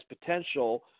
potential